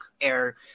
air